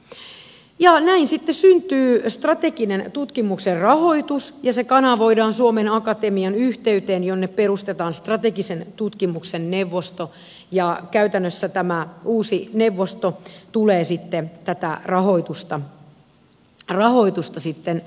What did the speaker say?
ja näin sitten syntyy strateginen tutkimuksen rahoitus ja se kanavoidaan suomen akatemian yhteyteen jonne perustetaan strategisen tutkimuksen neuvosto ja käytännössä tämä uusi neuvosto tulee sitten tätä rahoitusta hallinnoimaan